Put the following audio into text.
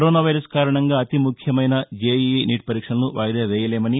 corona virus కారణంగా అతి ముఖ్యమైన జెఇఇ నీట్ పరీక్షలను వాయిదా వేయలేమని